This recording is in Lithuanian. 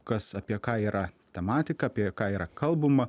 kas apie ką yra tematika apie ką yra kalbama